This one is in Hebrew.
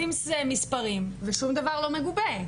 כותבים מספרים ושום דבר לא מגובה.